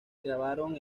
grabaron